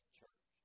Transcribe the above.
church